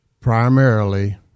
primarily